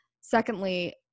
secondly